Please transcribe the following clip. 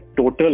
total